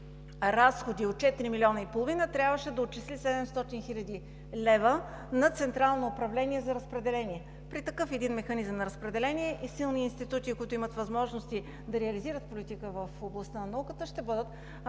разходи от четири милиона и половина, трябваше да отчисли 700 хил. лв. на Централно управление за разпределение. При такъв механизъм на разпределение и силни институти, които имат възможности да реализират политика в областта на науката, ще бъдат